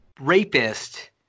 rapist